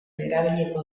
erabiliko